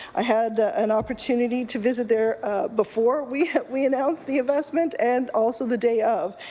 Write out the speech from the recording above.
i had an opportunity to visit their before we we announced the investment and also the day of,